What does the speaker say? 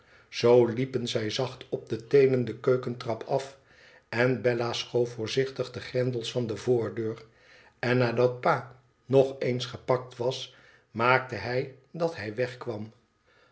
zoo liepen zij zacht op de teenen de keukentrap af en bella schoof voorzichtig de grendels van de voordeur en nadat pa nog eens gepakt was maakte hij dat hij weg